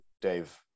Dave